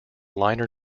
liner